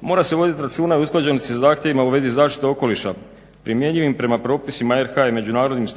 mora se voditi računa o usklađenosti sa zahtjevima u vezi zaštite okoliša primjenjivim prema propisima RH i međunarodnim